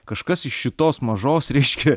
kažkas iš šitos mažos reiškia